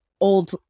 old